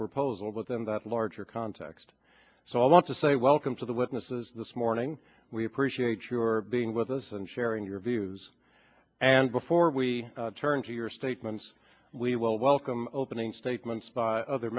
proposal with them that larger context so i want to say welcome to the witnesses this morning we appreciate your being with us and sharing your views and before we turn to your statements we will welcome opening statements by other